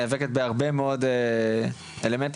נאבקת בהמון מאוד אלמנטים,